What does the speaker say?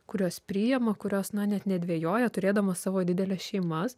kurios priima kurios na net nedvejoja turėdamos savo dideles šeimas